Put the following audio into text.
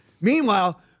Meanwhile